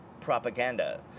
propaganda